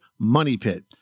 MONEYPIT